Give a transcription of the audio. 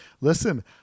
listen